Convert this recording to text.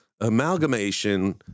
amalgamation